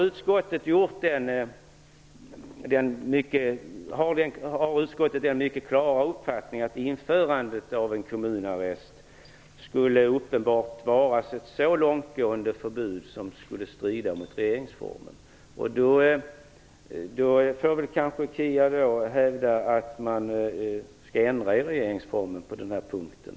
Utskottet har den mycket klara uppfattningen att införandet av en kommunarrest uppenbarligen skulle vara ett så långtgående förbud att det skulle strida mot regeringsformen. Då får väl kanske Kia Andreasson hävda att man skall göra ändringar i regeringsformen på den här punkten.